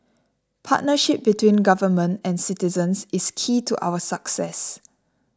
partnership between government and citizens is key to our success